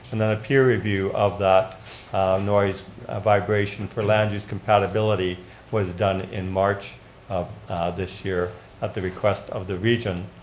and then a peer review of that noise vibration for land use compatibility was done in march this this year at the request of the region.